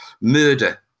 Murder